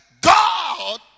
God